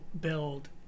build